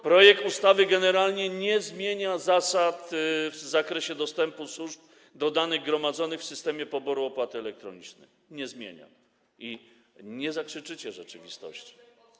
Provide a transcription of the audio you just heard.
Projekt ustawy generalnie nie zmienia zasad w zakresie dostępu służb do danych gromadzonych w systemie poboru opłaty elektronicznej, nie zmienia i nie zakrzyczycie rzeczywistości.